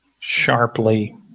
sharply